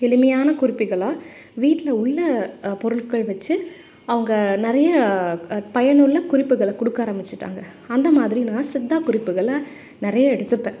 எளிமையான குறிப்புகளாக வீட்டில் உள்ள பொருட்கள் வச்சு அவங்க நிறைய பயனுள்ள குறிப்புகளை கொடுக்க ஆரம்பிச்சுட்டாங்க அந்த மாதிரி நான் சித்தா குறிப்புகளை நிறைய எடுத்துப்பேன்